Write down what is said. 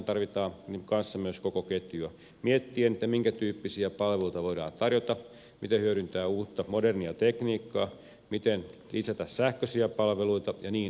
ja siinähän tarvitaan myös koko ketjua kun mietitään minkätyyppisiä palveluita voidaan tarjota miten hyödyntää uutta modernia tekniikkaa miten lisätä sähköisiä palveluita ja niin edelleen